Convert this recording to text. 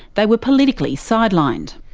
they were politically sidelined.